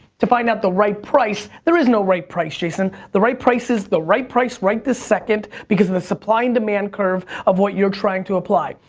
to find out the right price, there is no right price, jason, the right price is the right price right this second, because of the supply and demand curve of what you're trying to apply.